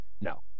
No